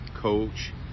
coach